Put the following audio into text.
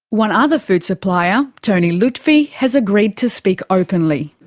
one other food supplier, tony lutfi, has agreed to speak openly.